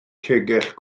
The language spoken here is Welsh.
tegell